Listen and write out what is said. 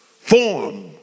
form